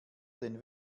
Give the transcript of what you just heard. den